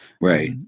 Right